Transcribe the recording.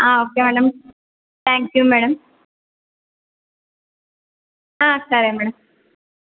okay madam thank you madam సరే madam